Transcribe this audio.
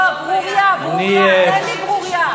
לא, ברוריה, ברוריה,